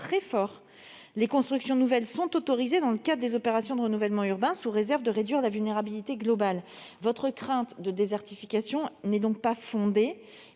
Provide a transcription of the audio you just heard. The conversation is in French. les constructions nouvelles sont autorisées dans le cadre des opérations de renouvellement urbain, sous réserve de réduire la vulnérabilité globale. Votre crainte de désertification n'est donc pas fondée,